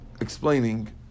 explaining